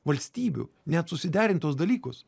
valstybių net susiderint tuos dalykus